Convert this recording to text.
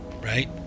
right